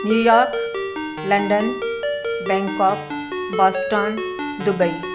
New York London Bangkok Boston Dubai